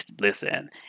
listen